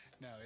No